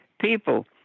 people